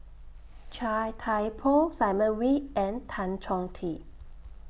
Chia Thye Poh Simon Wee and Tan Chong Tee